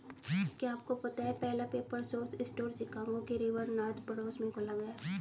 क्या आपको पता है पहला पेपर सोर्स स्टोर शिकागो के रिवर नॉर्थ पड़ोस में खोला गया?